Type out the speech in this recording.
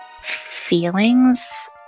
feelings